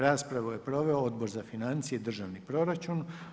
Raspravu je proveo Odbor za financije i državni proračun.